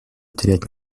терять